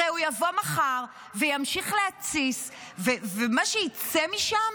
הרי הוא יבוא מחר וימשיך להתסיס, ומה שיצא משם